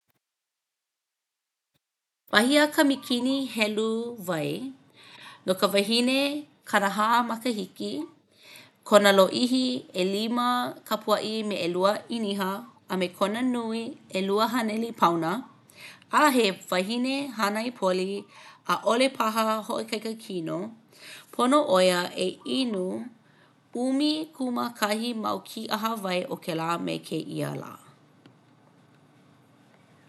Wahi a ka mikini helu wai no ka wahine kanahā makahiki, kona lōʻihi ʻelima kapuaʻi me ʻelua ʻīniha a me kona nui ʻelua haneli paona, a he wahine hānai poli ʻaʻole paha hoʻoikaika kino pono ʻo ia e inu ʻumikūmākahi mau kīʻaha wai o kēlā me kēia lā.